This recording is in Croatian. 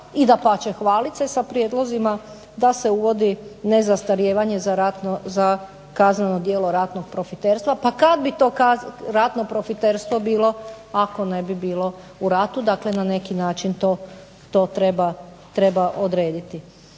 i dapače hvaliti se sa prijedlozima da se uvodi nezastarijevanje za kazneno djelo ratnog profiterstva. Pa kad bi to ratno profiterstvo bilo ako ne bi bilo u ratu? Dakle, na neki način to treba odrediti.